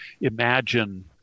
Imagine